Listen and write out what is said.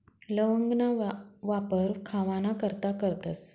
लवंगना वापर खावाना करता करतस